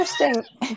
interesting